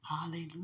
Hallelujah